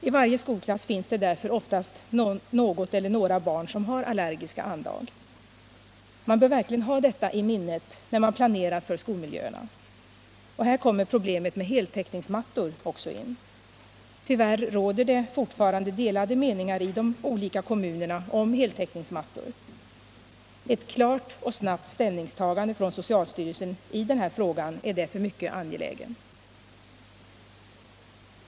I varje skolklass finns det oftast något eller några barn som har allergiska anlag. Man bör verkligen ha detta i minnet när man planerar för skolmiljöerna. Och här kommer problemet med heltäckningsmattor också in. Tyvärr råder det fortfarande delade meningar i de olika kommunerna om heltäckningsmattor. Ett klart och snabbt ställningstagande från socialstyrelsen i den här frågan är därför mycket angeläget.